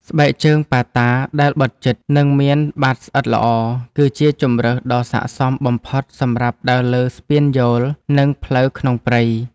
ស្បែកជើងប៉ាតាដែលបិទជិត និងមានបាតស្អិតល្អ គឺជាជម្រើសដ៏ស័ក្តិសមបំផុតសម្រាប់ដើរលើស្ពានយោល និងផ្លូវក្នុងព្រៃ។